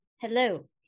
hello